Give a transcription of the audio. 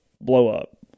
blow-up